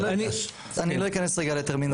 טוב, אני לא אכנס לטרמינולוגיות.